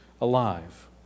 alive